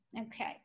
Okay